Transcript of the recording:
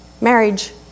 marriage